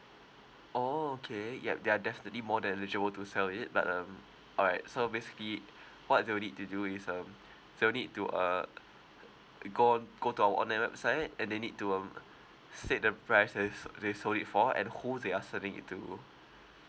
oh okay ya they're definitely more than eligible to sell it but um all right so basically what they will need to do is um they will need to uh uh go on go to our online website and they need to um state the price they sold they sold it for and who they are selling it too